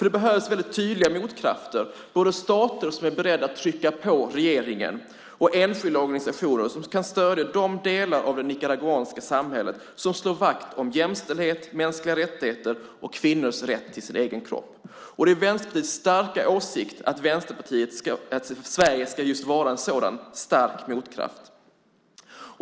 Det behövs väldigt tydliga motkrafter, både stater som är beredda att trycka på regeringen och enskilda organisationer som kan stödja de delar av det nicaraguanska samhället som slår vakt om jämställdhet, mänskliga rättigheter och kvinnors rätt till sin egen kropp. Det är Vänsterpartiets starka åsikt att Sverige just ska vara en sådan stark motkraft.